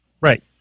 Right